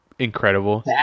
Incredible